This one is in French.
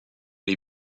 les